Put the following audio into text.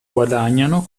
guadagnano